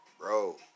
bro